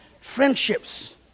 friendships